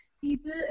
People